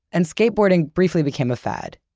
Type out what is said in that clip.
and skateboarding briefly became a fad.